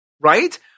Right